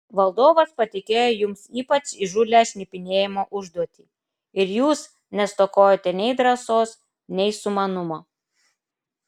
valdovas patikėjo jums ypač įžūlią šnipinėjimo užduotį ir jūs nestokojote nei drąsos nei sumanumo